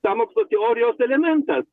sąmokslo teorijos elementas